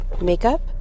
makeup